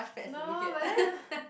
no but then